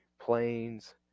planes